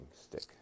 stick